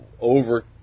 over